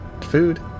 food